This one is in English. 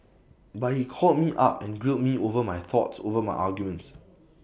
but he called me up and grilled me over my thoughts over my arguments